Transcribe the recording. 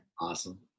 awesome